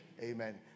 Amen